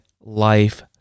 life